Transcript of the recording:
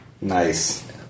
Nice